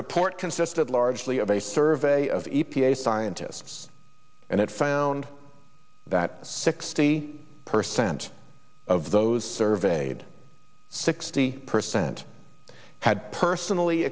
report consisted largely of a survey of e p a scientists and it found that sixty percent of those surveyed sixty percent had personally